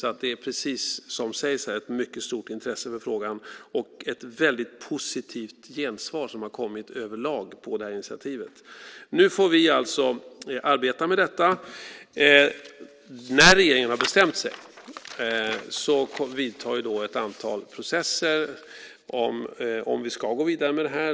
Så det är precis som sägs här ett mycket stort intresse för frågan och ett väldigt positivt gensvar som har kommit överlag på det här initiativet. Nu får vi alltså arbeta med detta. När regeringen har bestämt sig vidtar ett antal processer om vi ska gå vidare.